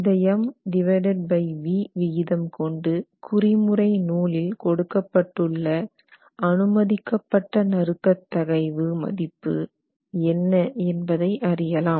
இந்த MVd விகிதம் கொண்டு குறிமுறை நூலில் கொடுக்கப்பட்டுள்ள அனுமதிக்கப்பட்ட நறுக்கத் தகைவு மதிப்பு என்ன என்பதை அறியலாம்